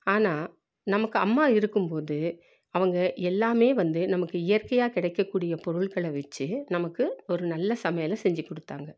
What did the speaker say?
ஆனால் நமக்கு அம்மா இருக்கும்போது அவங்க எல்லாமே வந்து நமக்கு இயற்கையாக கிடைக்கக்கூடிய பொருள்களை வைச்சே நமக்கு ஒரு நல்ல சமையலை செஞ்சுக் கொடுத்தாங்க